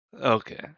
Okay